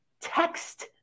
text